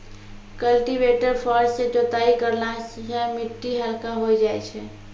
cultivator फार सँ जोताई करला सें मिट्टी हल्का होय जाय छै